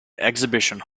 exhibition